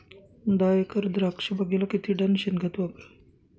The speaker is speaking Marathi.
दहा एकर द्राक्षबागेला किती टन शेणखत वापरावे?